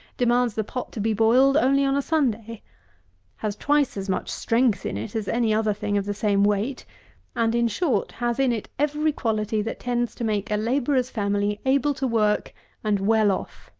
demands the pot to be boiled only on a sunday has twice as much strength in it as any other thing of the same weight and in short, has in it every quality that tends to make a labourer's family able to work and well off.